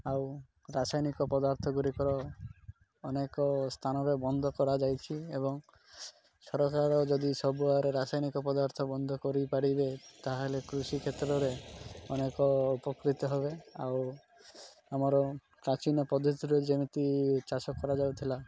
ଆଉ ରାସାୟନିକ ପଦାର୍ଥଗୁଡ଼ିକର ଅନେକ ସ୍ଥାନରେ ବନ୍ଦ କରାଯାଇଛି ଏବଂ ସରକାର ଯଦି ସବୁଆଡ଼େ ରାସାୟନିକ ପଦାର୍ଥ ବନ୍ଦ କରିପାରିବେ ତାହେଲେ କୃଷି କ୍ଷେତ୍ରରେ ଅନେକ ଉପକୃତ ହେବେ ଆଉ ଆମର ପ୍ରାଚୀନ ପଦ୍ଧତିରୁ ଯେମିତି ଚାଷ କରାଯାଉଥିଲା